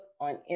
on